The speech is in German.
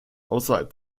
außerhalb